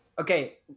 Okay